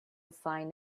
find